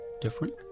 different